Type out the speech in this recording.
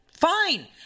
Fine